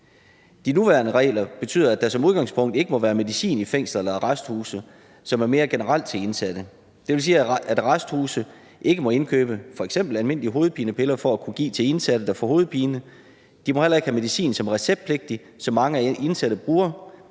De nuværende regler betyder, at der som udgangspunkt ikke må være medicin, som er til indsatte mere generelt, i fængsler eller arresthuse, dvs. at arresthuse ikke må indkøbe f.eks. almindelige hovedpinepiller for at kunne give dem til indsatte, der får hovedpine. De må heller ikke have medicin, som er receptpligtig, og som mange indsatte bruger;